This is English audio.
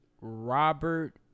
Robert